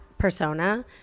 persona